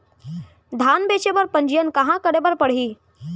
धान बेचे बर पंजीयन कहाँ करे बर पड़ही?